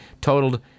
totaled